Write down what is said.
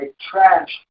trash